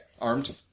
Armed